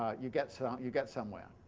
you get sort of you get somewhere.